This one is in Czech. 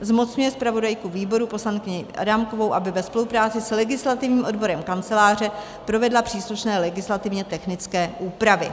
Zmocňuje zpravodajku výboru poslankyni Věru Adámkovou, aby ve spolupráci s legislativním odborem Kanceláře provedla příslušné legislativně technické úpravy.